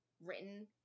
written